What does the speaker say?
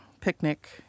picnic